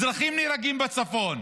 אזרחים נהרגים בצפון,